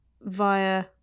via